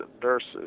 nurses